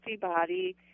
body